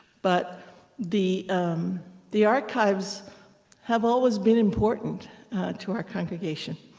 but the the archives have always been important to our congregation.